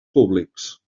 públics